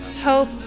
hope